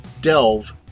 Delve